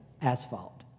asphalt